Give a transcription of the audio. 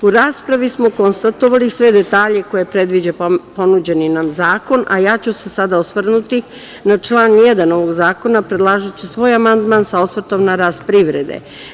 U raspravi smo konstatovali sve detalje koje predviđa ponuđeni nam zakon, a ja ću se sada osvrnuti na član 1. ovog zakona, predlažući svoj amandman sa osvrtom na rast privrede.